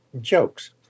jokes